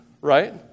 right